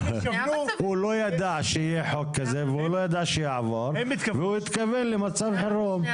הוא לא ידע שיהיה חוק כזה והוא לא ידע שיעבור והוא התכוון למצב חירום.